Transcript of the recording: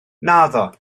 naddo